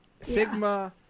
Sigma